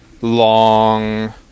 long